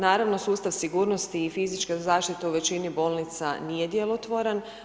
Naravno sustav sigurnosti i fizičke zaštite u većini bolnica nije djelotvoran.